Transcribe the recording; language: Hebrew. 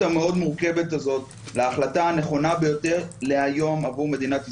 המורכבת מאוד הזאת להחלטה הנכונה ביותר להיום עבור מדינת ישראל,